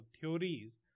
theories